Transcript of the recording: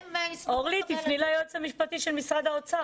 אורלי, תפני ליועץ המשפטי של משרד האוצר.